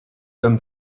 him